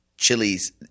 chilies